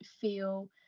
feel